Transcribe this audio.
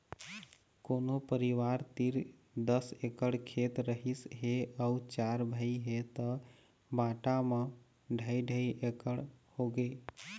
कोनो परिवार तीर दस एकड़ खेत रहिस हे अउ चार भाई हे त बांटा म ढ़ाई ढ़ाई एकड़ होगे